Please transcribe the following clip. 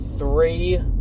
three